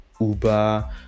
Uber